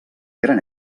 gran